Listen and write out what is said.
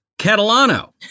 Catalano